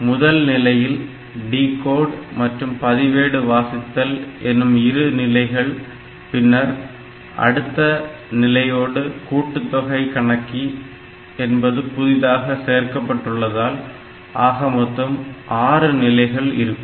ஆக முதல் நிலையில் டிகோட் மற்றும் பதிவேடு வாசித்தல் எனும் இரு நிலைகள் பின்னர் அடுத்த நிலையோடு கூட்டுத்தொகை கணக்கி என்பது புதிதாக சேர்க்கப்பட்டுள்ளதால் ஆக மொத்தம் ஆறு நிலைகள் இருக்கும்